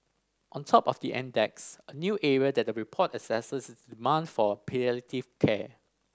on top of the index a new area that the report assesses is demand for palliative care